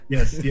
Yes